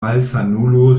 malsanulo